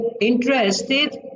interested